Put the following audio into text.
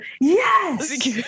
yes